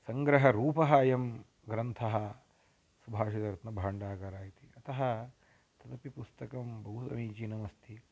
सङ्ग्रहरूपः अयं ग्रन्थः सुभाषतत्नभाण्डागरः इति अतः तदपि पुस्तकं बहु समीचीनमस्ति